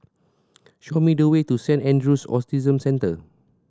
show me the way to Saint Andrew's Autism Centre